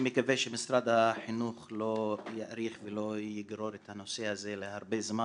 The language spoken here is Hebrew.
אני מקווה שמשרד החינוך לא יאריך ולא יגרור את הנושא הזה הרבה זמן.